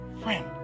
friend